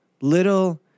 little